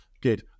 Good